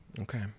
okay